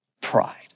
pride